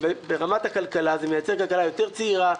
ברמת הכלכלה זה מייצר כלכלה יותר צעירה,